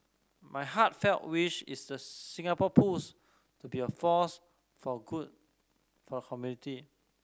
my heartfelt wish is a Singapore Pools to be a force for good for community